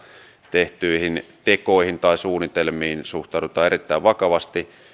tehtyihin tekoihin tai suunnitelmiin suhtaudutaan erittäin vakavasti